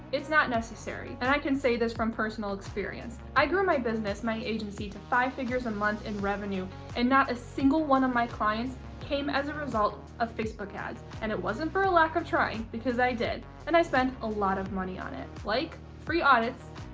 it's not necessary and i can say this from personal experience. i grew my business, my agency two five figures a month in revenue and not a single one of my clients came as a result of facebook ads, and it wasn't for a lack of trying, because i did and i spent a lot of money on it. like free audits,